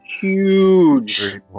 huge